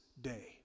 day